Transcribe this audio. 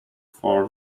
for